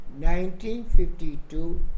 1952